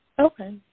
Okay